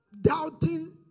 doubting